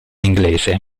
inglese